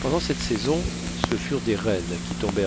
pendant cette saison ce furent des rennes qui tombèrent